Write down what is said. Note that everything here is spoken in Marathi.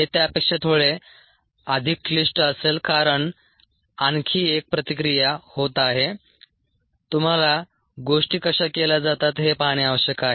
हे त्यापेक्षा थोडे अधिक क्लिष्ट असेल कारण आणखी एक प्रतिक्रिया होत आहे तुम्हाला गोष्टी कशा केल्या जातात हे पाहणे आवश्यक आहे